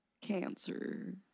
cancer